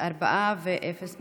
יושב-ראש, מצד שני.